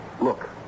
Look